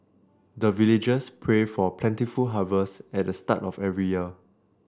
the villagers pray for plentiful harvests at the start of every year